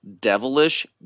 devilish